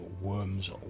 Worms